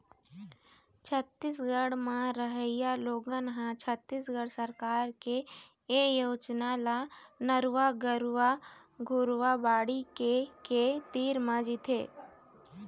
छत्तीसगढ़ म रहइया लोगन ह छत्तीसगढ़ सरकार के ए योजना ल नरूवा, गरूवा, घुरूवा, बाड़ी के के तीर म जीथे